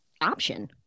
Option